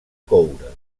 coure